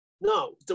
No